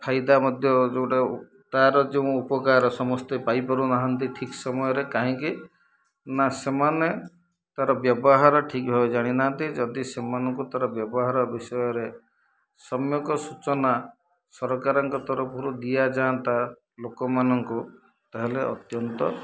ଫାଇଦା ମଧ୍ୟ ଯେଉଁଟା ତାର ଯେଉଁ ଉପକାର ସମସ୍ତେ ପାଇପାରୁନାହାନ୍ତି ଠିକ୍ ସମୟରେ କାହିଁକି ନା ସେମାନେ ତାର ବ୍ୟବହାର ଠିକ୍ ଭାବେ ଜାଣିନାହାନ୍ତି ଯଦି ସେମାନଙ୍କୁ ତାର ବ୍ୟବହାର ବିଷୟରେ ସମ୍ୟକ ସୂଚନା ସରକାରଙ୍କ ତରଫରୁ ଦିଆଯାଆନ୍ତା ଲୋକମାନଙ୍କୁ ତାହେଲେ ଅତ୍ୟନ୍ତ